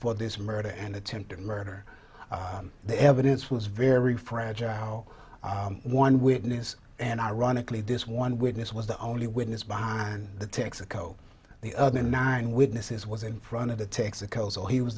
for this murder and attempted murder the evidence was very fragile one witness and ironically this one witness was the only witness behind the texaco the other nine witnesses was in front of the texaco so he was